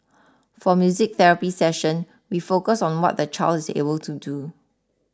for music therapy session we focus on what the child is able to do